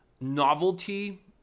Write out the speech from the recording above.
novelty